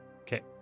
Okay